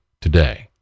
today